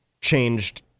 changed